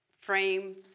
frame